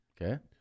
Okay